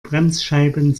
bremsscheiben